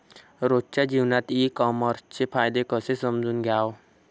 रोजच्या जीवनात ई कामर्सचे फायदे कसे समजून घ्याव?